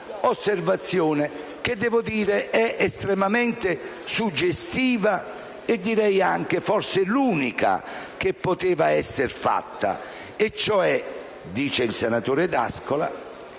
un'osservazione che, devo dire, è estremamente suggestiva e, direi anche, forse l'unica che poteva essere fatta. Il senatore D'Ascola